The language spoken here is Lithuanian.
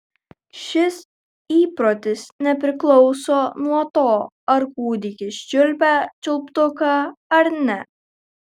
šis įprotis nepriklauso nuo to ar kūdikis čiulpia čiulptuką ar ne